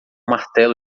martelo